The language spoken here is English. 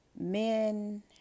men